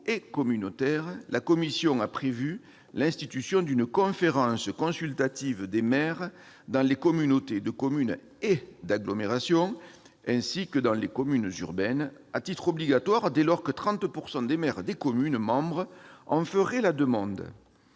et communautaires, la commission a prévu l'institution d'une conférence consultative des maires dans les communautés de communes et d'agglomération, ainsi que dans les communautés urbaines, à titre obligatoire dès lors que 30 % des maires des communes membres en feraient la demande.